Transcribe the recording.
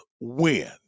win